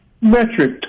metric